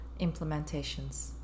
implementations